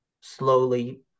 slowly